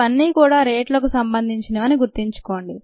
ఇవన్నీ కూడా రేట్లకు సంబంధించినవి గుర్తుంచుకోండి